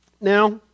Now